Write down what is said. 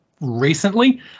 recently